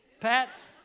Pat's